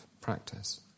practice